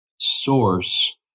source